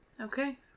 Okay